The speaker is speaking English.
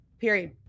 period